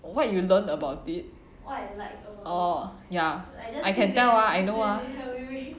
what you learn about it oh ya I can tell you ah I know ah